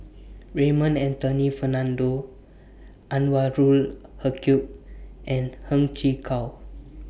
Raymond Anthony Fernando Anwarul Haque and Heng Chee How